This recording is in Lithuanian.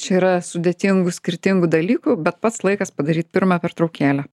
čia yra sudėtingų skirtingų dalykų bet pats laikas padaryt pirmą pertraukėlę